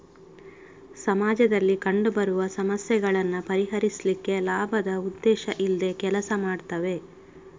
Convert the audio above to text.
ಸಮಾಜದಲ್ಲಿ ಕಂಡು ಬರುವ ಸಮಸ್ಯೆಗಳನ್ನ ಪರಿಹರಿಸ್ಲಿಕ್ಕೆ ಲಾಭದ ಉದ್ದೇಶ ಇಲ್ದೆ ಕೆಲಸ ಮಾಡ್ತವೆ